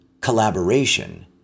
collaboration